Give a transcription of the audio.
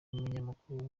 n’umunyamakuru